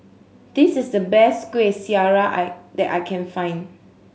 this is the best Kueh Syara I that I can find